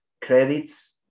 credits